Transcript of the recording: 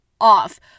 off